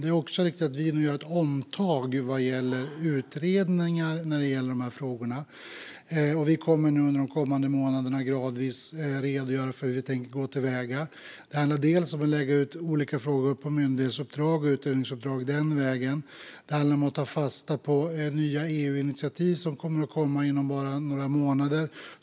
Det är också riktigt att vi nu gör ett omtag vad gäller utredningar i dessa frågor. Vi kommer under de kommande månaderna gradvis att redogöra för hur vi tänker gå till väga. Det handlar om att lägga ut olika frågor på myndighetsuppdrag och utredningsuppdrag. Det handlar också om att ta fasta på nya EU-initiativ som kommer inom bara några månader.